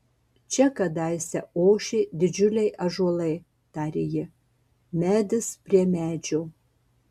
čia kadaise ošė didžiuliai ąžuolai tarė ji medis prie medžio